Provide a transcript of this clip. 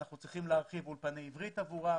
אנחנו צריכים להרחיב אולפני עברית עבורם